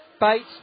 Bates